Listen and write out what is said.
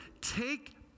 Take